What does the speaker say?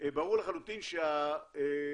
ברור לחלוטין שהקרן